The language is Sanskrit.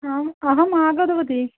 आम् अहम् आगतवती